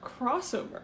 crossover